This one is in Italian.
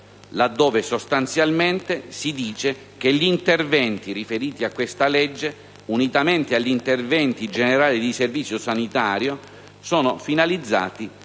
là dove si dice che gli interventi riferiti a questa legge, unitamente agli interventi generali di servizio sanitario, sono finalizzati a favorire